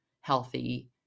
healthy